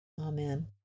Amen